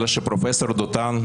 אלא שפרופ' דותן,